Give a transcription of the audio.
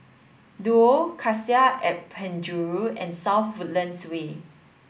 Duo Cassia at Penjuru and South Woodlands Way